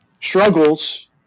struggles